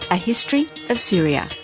a history of syria.